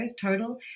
total